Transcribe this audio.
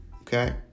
okay